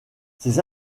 ces